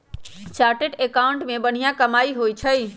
chartered accountant के बनिहा कमाई होई छई